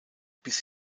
bis